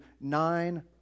nine